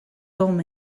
tom